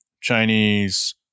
Chinese